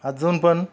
अजून पण